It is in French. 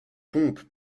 pompes